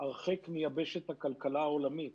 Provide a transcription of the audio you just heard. הרחק מיבשת הכלכלה העולמית.